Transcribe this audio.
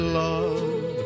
love